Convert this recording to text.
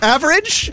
Average